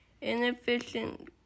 inefficient